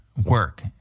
Work